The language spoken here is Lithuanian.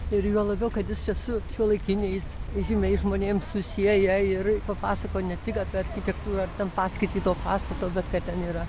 ir juo labiau kad jis čia su šiuolaikiniais žymiais žmonėm susieja ir papasakoja ne tik apie architektūrą ar ten paskirtį to pastato bet kad ten yra